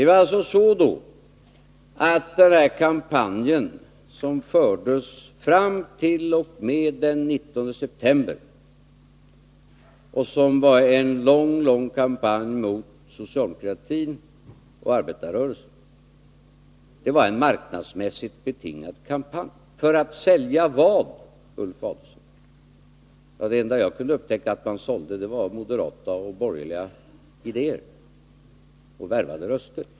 Är det alltså då så, att den kampanj som fördes fram t.o.m. den 19 september — en lång kampanj mot socialdemokratin och arbetarrörelsen — var marknadsmässigt betingad? För att sälja vad, Ulf Adelsohn? Det enda som jag upptäckte att man sålde var moderata och borgerliga idéer och att man ville värva röster.